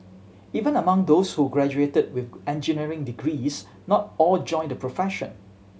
even among those who graduated with engineering degrees not all joined the profession